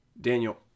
Daniel